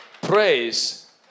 praise